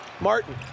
Martin